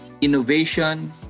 innovation